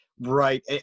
Right